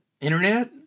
Internet